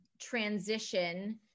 transition